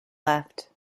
left